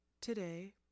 Today